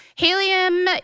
Helium